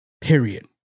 period